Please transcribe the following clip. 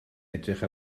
edrych